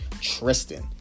Tristan